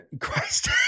Christ